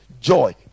joy